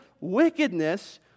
wickedness